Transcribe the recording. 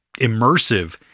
immersive